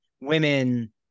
women